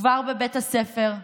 כבר בבית הספר,